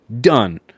done